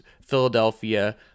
Philadelphia